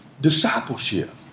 Discipleship